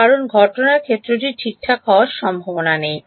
কারণ ঘটনার ক্ষেত্রটি ঠিকঠাক হওয়ার সম্ভাবনা নেই